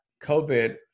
COVID